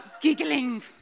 giggling